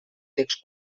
text